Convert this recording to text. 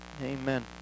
Amen